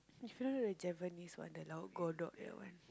you referring to the Javanese one the that one